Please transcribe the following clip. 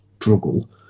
struggle